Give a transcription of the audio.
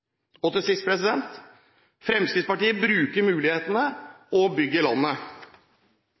årene. Til sist: Fremskrittspartiet bruker mulighetene og bygger landet!